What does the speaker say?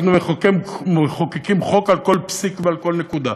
אנחנו מחוקקים חוק על כל פסיק ועל כל נקודה.